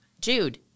Jude